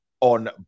on